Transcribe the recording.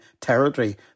territory